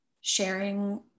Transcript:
sharing